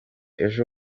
ejo